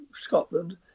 Scotland